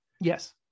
Yes